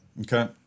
Okay